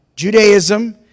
Judaism